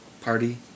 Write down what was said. party